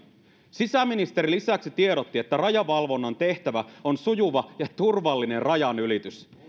sisäministeri lisäksi tiedotti että rajavalvonnan tehtävä on sujuva ja turvallinen rajanylitys